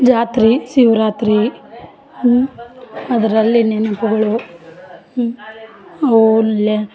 ಜಾತ್ರೆ ಶಿವರಾತ್ರಿ ಅದರಲ್ಲಿ ನೆನಪುಗಳು ಔಲ್ಯ